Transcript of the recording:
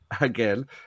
again